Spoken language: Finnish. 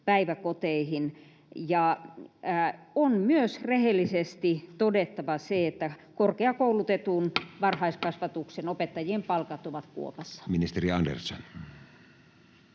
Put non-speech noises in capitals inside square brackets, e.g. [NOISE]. päiväkoteihin. On myös rehellisesti todettava se, [NOISE] että korkeakoulutettujen varhaiskasvatuksen opettajien palkat ovat kuopassa. [Speech